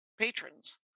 patrons